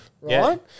right